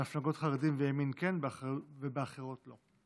בהפגנות חרדים וימין כן, באחרות לא.